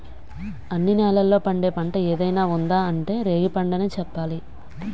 అన్ని నేలల్లో పండే పంట ఏదైనా ఉందా అంటే రేగిపండనే చెప్పాలి